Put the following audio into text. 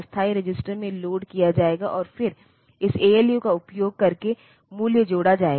assembly language कुछ भी नहीं लेकिन मशीन लैंग्वेज का एक उपयोगकर्ता समझने योग्य संस्करण है